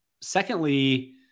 secondly